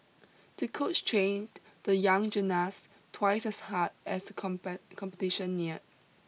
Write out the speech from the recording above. to coach trained the young gymnast twice as hard as the competition near